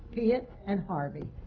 pia and harvey.